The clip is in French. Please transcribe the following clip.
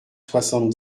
soixante